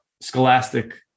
scholastic